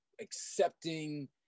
accepting